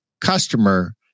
customer